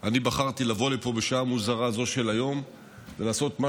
אני בחרתי לבוא לפה בשעה מוזרה זו של היום ולעשות מה